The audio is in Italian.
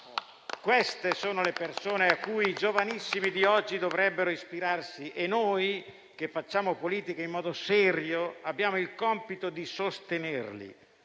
Queste sono le persone a cui i giovanissimi di oggi dovrebbero ispirarsi; e noi, che facciamo politica in modo serio, abbiamo il compito di sostenerle.